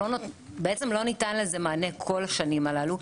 בעצם לא ניתן לזה מענה כל השנים הללו,